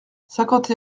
cinquante